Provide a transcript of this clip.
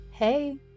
Hey